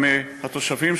גם מהתושבים,